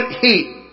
heat